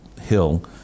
hill